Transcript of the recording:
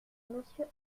monsieur